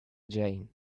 jane